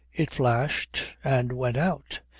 it flashed and went out.